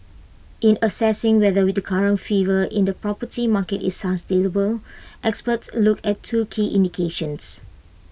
in assessing whether with the current fever in the property market is sustainable experts look at two key indications